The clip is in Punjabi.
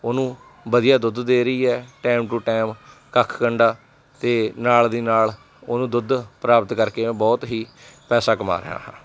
ਉਹਨੂੰ ਵਧੀਆ ਦੁੱਧ ਦੇ ਰਹੀ ਹੈ ਟੈਮ ਟੂ ਟੈਮ ਕੱਖ ਕੰਡਾ ਅਤੇ ਨਾਲ ਦੀ ਨਾਲ ਉਹਨੂੰ ਦੁੱਧ ਪ੍ਰਾਪਤ ਕਰਕੇ ਮੈਂ ਬਹੁਤ ਹੀ ਪੈਸਾ ਕਮਾ ਰਿਹਾ ਹਾਂ